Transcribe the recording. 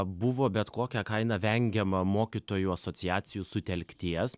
buvo bet kokia kaina vengiama mokytojų asociacijų sutelkties